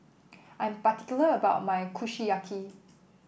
I'm particular about my Kushiyaki